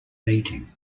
meeting